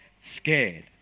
scared